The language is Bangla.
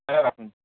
হ্যাঁ রাখুন